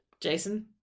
jason